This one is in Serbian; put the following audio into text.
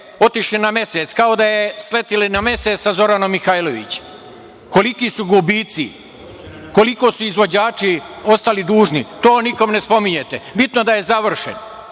otišli na Mesec, kao da ste sleteli na Mesec sa Zoranom Mihajlović. Koliki su gubici? Koliko su izvođači ostali dužni? To nikom ne spominjete. Bitno da je završen.